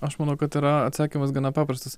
aš manau kad yra atsakymas gana paprastas